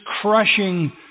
crushing